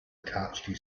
cache